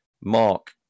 Mark